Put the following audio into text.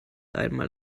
einmal